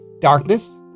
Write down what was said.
darkness